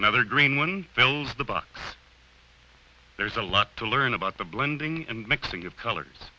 another green one fills the back there a lot to learn about the blending and mixing of colors